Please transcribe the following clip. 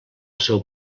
seu